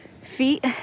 feet